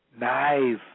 Nice